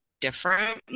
different